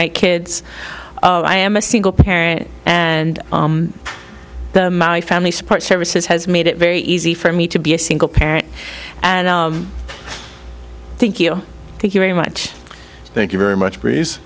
my kids i am a single parent and the maori family support services has made it very easy for me to be a single parent and i thank you thank you very much thank you very much breeze